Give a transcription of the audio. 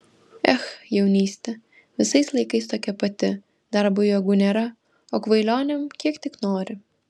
ech jaunystė visais laikais tokia pati darbui jėgų nėra o kvailionėm kiek tik nori